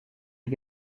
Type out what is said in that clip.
est